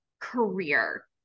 career